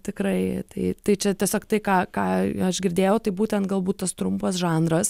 tikrai tai tai čia tiesiog tai ką ką aš girdėjau tai būtent galbūt tas trumpas žanras